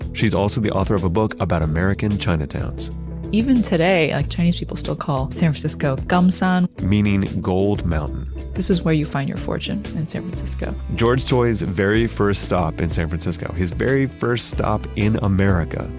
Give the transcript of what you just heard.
she's also the author of a book about american chinatowns even today, like chinese people still call san francisco, gam saan meaning gold mountain this is where you find your fortune in san francisco george tsui's very first stop in san francisco, his very first stop in america,